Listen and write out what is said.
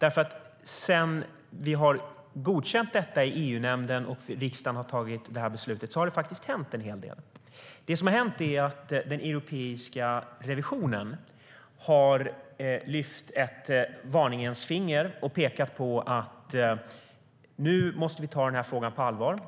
Efter det att vi godkände detta i EU-nämnden och riksdagen fattade beslut har det faktiskt hänt en hel del. Europeiska revisionsrätten har lyft ett varnande finger och pekat på att vi nu måste ta frågan på allvar.